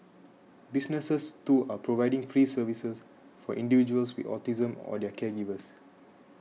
businesses too are providing free services for individuals with autism or their caregivers